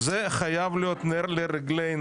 זה חייב להיות נר לרגלינו,